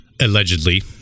allegedly